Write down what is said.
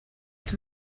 els